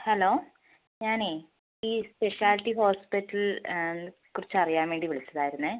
hello ഞാനേ ഈ speciality hospital കുറിച്ച് അറിയാൻ വേണ്ടി വിളിച്ചതായിരുന്നേ